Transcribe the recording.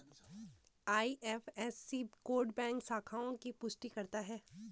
IFSC code bank शाखाओं की पुष्टि करता है